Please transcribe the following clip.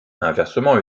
inversement